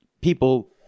people